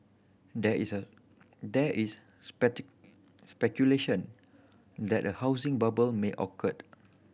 there is a there is speculation that a housing bubble may occurred